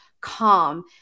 calm